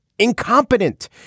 incompetent